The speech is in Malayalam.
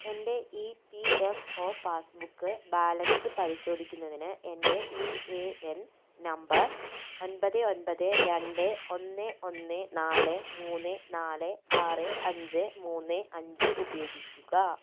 എൻ്റെ E P F O passbook balance പരിശോധിക്കുന്നതിന് എൻ്റെ യു എ എൻ നമ്പർ ഒൻപത് ഒൻപത് രണ്ട് ഒന്ന് ഒന്ന് നാല് മൂന്ന് നാല് ആറ് അഞ്ച് മൂന്ന് അഞ്ച് ഉപയോഗിക്കുക